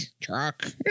Truck